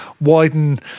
widen